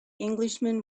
englishman